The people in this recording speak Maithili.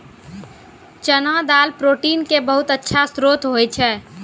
चना दाल प्रोटीन के बहुत अच्छा श्रोत होय छै